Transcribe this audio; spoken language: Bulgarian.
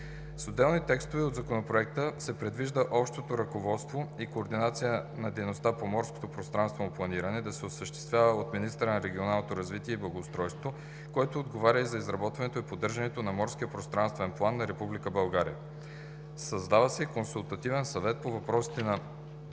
С отделни текстове от Законопроекта се предвижда общото ръководството и координацията на дейността по морско пространствено планиране да се осъществява от министъра на регионалното развитие и благоустройството, който отговаря и за изработването и поддържането на Морския пространствен план на Република България. Създава се и Консултативен съвет по въпросите на